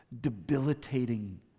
debilitating